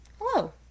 hello